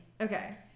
okay